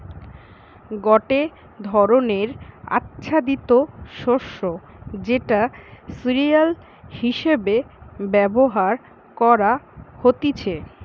গটে ধরণের আচ্ছাদিত শস্য যেটা সিরিয়াল হিসেবে ব্যবহার করা হতিছে